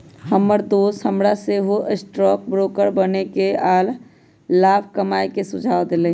हमर दोस हमरा सेहो स्टॉक ब्रोकर बनेके आऽ लाभ कमाय के सुझाव देलइ